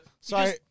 Sorry